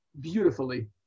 beautifully